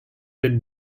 been